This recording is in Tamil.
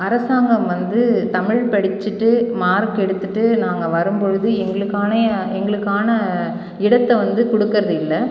அரசாங்கம் வந்து தமிழ் படிச்சுட்டு மார்க் எடுத்துகிட்டு நாங்கள் வரும்பொழுது எங்களுக்கான எங்களுக்கான இடத்தை வந்து கொடுக்கறது இல்ல